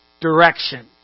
direction